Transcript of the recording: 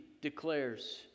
declares